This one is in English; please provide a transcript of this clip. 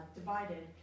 divided